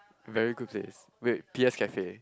very good place wait P_S Cafe